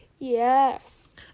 yes